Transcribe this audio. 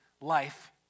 life